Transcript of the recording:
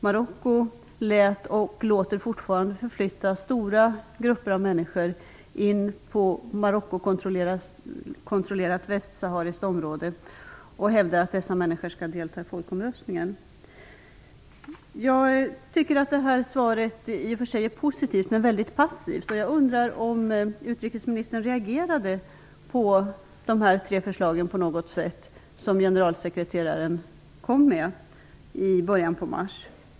Marocko lät och låter fortfarande förflytta stora grupper av människor in på av Marocko kontrollerat västsahariskt område och hävdar att dessa människor skall delta i folkomröstningen. Utrikesministerns svar är i och för sig positivt, men det är väldigt passivt. Jag undrar om utrikesministern på något sätt reagerade på de tre förslag som generalsekreteraren kom med i början på mars.